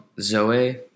Zoe